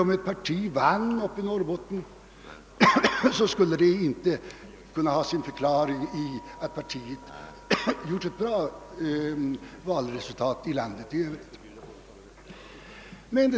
Om ett parti vann mandat uppe i Norrbotten, skulle det inte heller kunna ha sin förklaring i att det fått ett gott valresultat i landet i övrigt.